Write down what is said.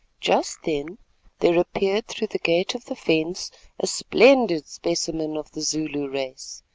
just then there appeared through the gate of the fence a splendid specimen of the zulu race.